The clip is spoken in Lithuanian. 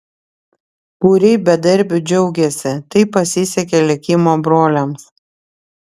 būriai bedarbių džiaugiasi tai pasisekė likimo broliams